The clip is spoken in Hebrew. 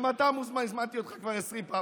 גם אתה מוזמן, הזמנתי אותך כבר עשרים פעם.